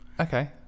Okay